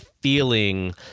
feeling